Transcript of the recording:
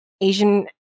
Asian